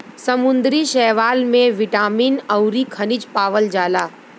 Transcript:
समुंदरी शैवाल में बिटामिन अउरी खनिज पावल जाला